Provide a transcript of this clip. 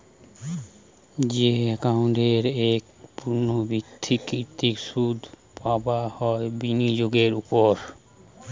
যেই একাউন্ট এ পূর্ণ্যাবৃত্তকৃত সুধ পাবা হয় বিনিয়োগের ওপর